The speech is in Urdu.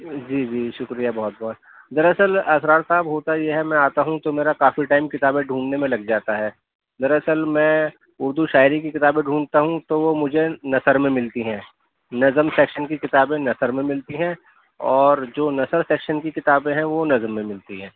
جی جی شکریہ بہت بہت دراصل اسرار صاحب ہوتا یہ ہے میں آتا ہوں تو میرا کافی ٹائم کتابیں ڈھونڈنے میں لگ جاتا ہے دراصل میں اردو شاعری کی کتابیں ڈھونڈتا ہوں تو وہ مجھے نثر میں ملتی ہیں نظم سیکشن کی کتابیں نثر میں ملتی ہیں اور جو نثر سیکشن کی کتابیں ہیں وہ نظم میں ملتی ہیں